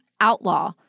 outlaw